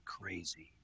crazy